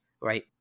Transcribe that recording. right